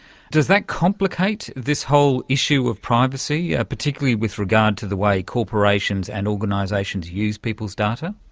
does that complicate this whole issue of privacy, yeah particularly with regard to the way corporations and organisations use people's data?